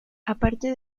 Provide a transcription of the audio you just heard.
aparte